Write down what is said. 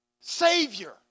Savior